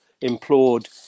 implored